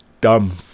dumb